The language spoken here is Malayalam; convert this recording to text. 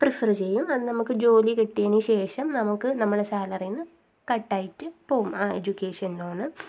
പ്രിഫെറ് ചെയ്യും അത് നമുക്ക് ജോലി കിട്ടിയതിന് ശേഷം നമുക്ക് നമ്മളെ സാലറിയിൽ നിന്ന് കട്ടായിട്ട് പോവും ആ എഡ്യൂക്കേഷൻ ലോണ്